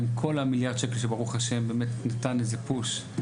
עם כל מיליארד שקל שברוך ה' באמת ניתן לזה פוש,